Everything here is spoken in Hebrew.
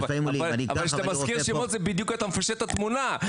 כשאתה מזכיר שמות, זה בדיוק מפשט את התמונה,